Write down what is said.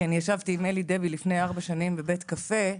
כי אני ישבתי עם אלי דבי לפני ארבע שנים בבית קפה,